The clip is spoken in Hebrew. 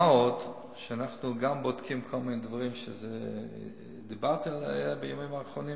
מה עוד שאנחנו גם בודקים כל מיני דברים שדיברתי עליהם בימים האחרונים.